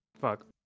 Fuck